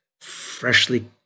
freshly